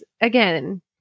again